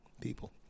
people